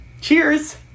Cheers